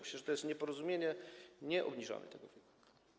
Przecież to jest nieporozumienie, nie obniżamy tego wieku.